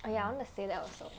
I ya I want to say that also